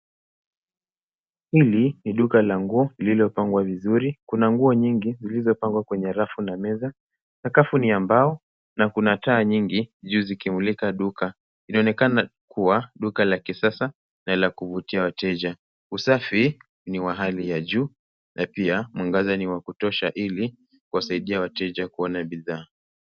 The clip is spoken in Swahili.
Hili ni duka la nguo lililopangwa vizuri, kuna nguo nyingi zilizopangwa kwenye rafu na meza. Sakafu ni ya mbao na kuna taa nyingi juu zikimulika duka. Inaonekana kua duka la kisasa na la kuvutia wateja. Usafi ni wa hali ya juu na pia mwangaza ni wa kutosha ili kuwasaidia wateja kuona bidhaa.